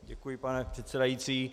Děkuji, pane předsedající.